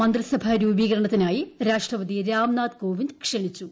മന്ത്രിസഭ രൂപീകരണത്തിനായി രാഷ്ട്രപതി രാംനാഥ് കോവിന്ദ് ക്ഷണിച്ചു